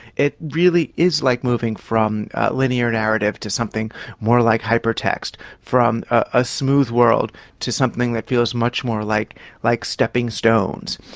it really is like moving from linear narrative to something more like hypertext, from a smooth world to something that feels much more like like stepping stones.